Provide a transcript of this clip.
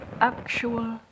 actual